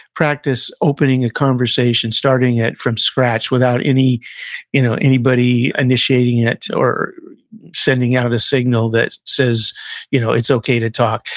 practice opening a conversation, starting it from scratch without you know anybody initiating it, or sending out a signal that says you know it's okay to talk.